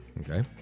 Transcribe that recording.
Okay